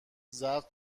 ضبط